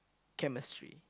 chemistry